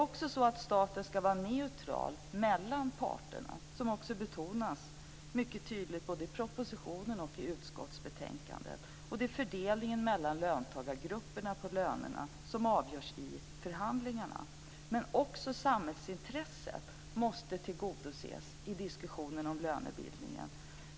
Staten ska dessutom vara neutral mellan parterna. Det betonas också mycket tydligt både i propositionen och i utskottsbetänkandet. Det är fördelningen av lönerna mellan löntagargrupperna som avgörs i förhandlingarna. Men också samhällsintresset måste tillgodoses i diskussionen om lönebildningen.